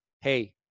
hey